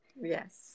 yes